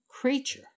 creature